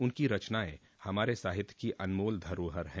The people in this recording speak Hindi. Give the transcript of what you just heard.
उनकी रचनायें हमारे साहित्य की अनमोल धरोहर है